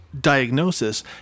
diagnosis